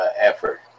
effort